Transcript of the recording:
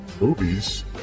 movies